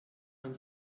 man